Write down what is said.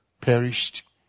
perished